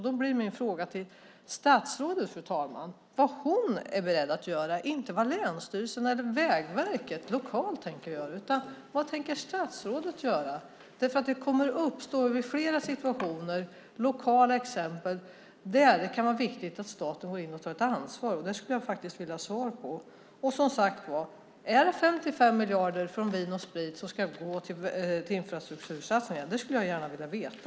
Då blir min fråga till statsrådet, fru talman, vad hon är beredd att göra, inte vad länsstyrelsen eller Vägverket lokalt tänker göra. Vad tänker statsrådet göra? Det kommer att uppstå flera situationer lokalt där det kan vara viktigt att staten går in och tar ett ansvar. Som sagt var: Är det 55 miljarder från försäljningen av Vin & Sprit som ska gå till infrastruktursatsningar? Det skulle jag gärna vilja veta.